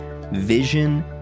vision